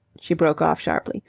she broke off sharply.